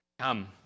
come